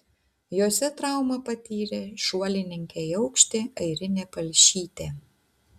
jose traumą patyrė šuolininkė į aukštį airinė palšytė